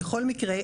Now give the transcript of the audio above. בכל מקרה,